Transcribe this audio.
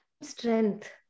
strength